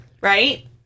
right